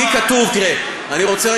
זה שייך למחנה הציוני, וניתן לזהבה